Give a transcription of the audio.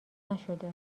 نشده